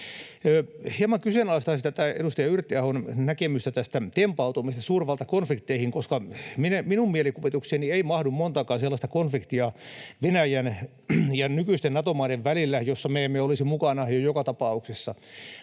Hieman kyseenalaistaisin tätä edustaja Yrttiahon näkemystä tempautumisesta suurvaltakonflikteihin, koska minun mielikuvitukseeni ei mahdu montaakaan sellaista konfliktia Venäjän ja nykyisten Nato-maiden välillä, jossa me emme olisi jo mukana joka tapauksessa.